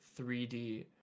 3D